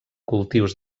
cultius